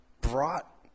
brought